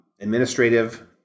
administrative